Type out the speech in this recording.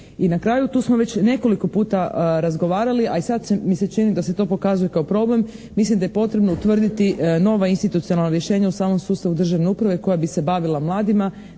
I na kraju tu smo već nekoliko puta razgovarali, a i sada mi se čini da se to pokazuje kao problem, mislim da je potrebno utvrditi nova institucionalna rješenja u samom sustavu državne uprave koja bi se bavila mladima.